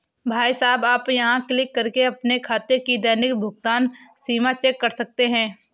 भाई साहब आप यहाँ क्लिक करके अपने खाते की दैनिक भुगतान सीमा चेक कर सकते हैं